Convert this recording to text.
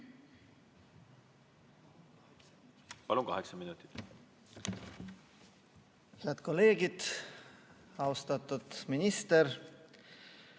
Palun! Kaheksa minutit.